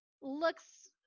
Looks